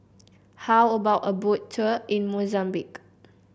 how about a Boat Tour in Mozambique